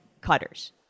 cutters